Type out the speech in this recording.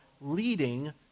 leading